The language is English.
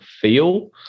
feel